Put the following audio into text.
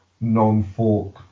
non-Fork